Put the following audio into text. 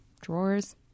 drawers